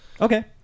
Okay